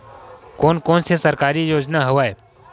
कोन कोन से सरकारी योजना हवय?